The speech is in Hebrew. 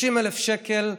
30,000 שקל ככה,